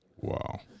Wow